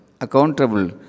accountable